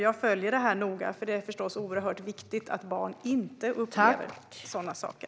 Jag följer det här noga, för det är förstås oerhört viktigt att barn inte upplever sådana saker.